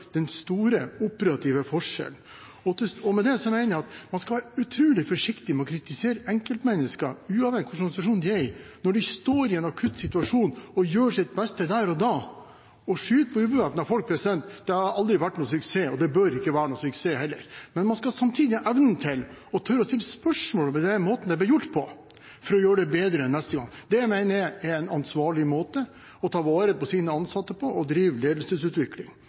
den store operative forskjell. Med det mener jeg at man skal være utrolig forsiktig med å kritisere enkeltmennesker, uavhengig av hvilken organisasjon de er i, når de står i en akutt situasjon og gjør sitt beste der og da. Å skyte på ubevæpnede folk har aldri vært noen suksess, og det bør ikke være noen suksess heller. Men man skal samtidig ha evnen til å tørre å stille spørsmål ved måten det ble gjort på, for å gjøre det bedre neste gang. Det mener jeg er en ansvarlig måte å ta vare på sine ansatte på og drive ledelsesutvikling.